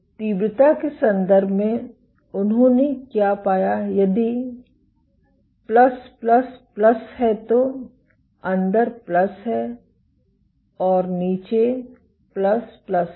तीव्रता के संदर्भ में उन्होने क्या पाया यदि बाहर है तो अंदर है और नीचे है